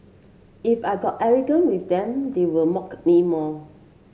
if I got arrogant with them they would mock me more